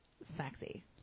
sexy